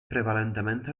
prevalentemente